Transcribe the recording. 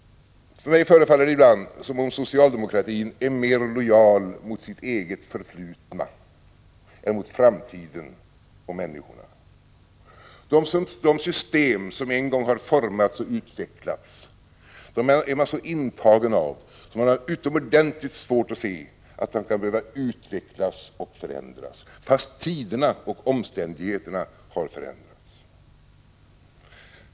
Mig förefaller det ibland som om socialdemokratin är mer lojal mot sitt eget förflutna än mot framtiden och människorna. Man är så intagen av de system som en gång har formats och utvecklats att man har utomordentligt svårt att se att de skall behöva förändras, fastän tiderna och omständigheterna har förändrats.